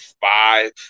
five